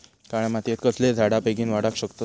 काळ्या मातयेत कसले झाडा बेगीन वाडाक शकतत?